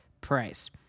price